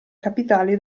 capitali